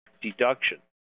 deduction